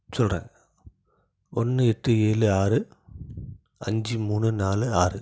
சொல்கிறேன் ஒன்று எட்டு ஏழு ஆறு அஞ்சு மூணு நாலு ஆறு